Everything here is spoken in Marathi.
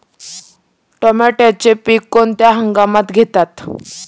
टोमॅटोचे पीक कोणत्या हंगामात घेतात?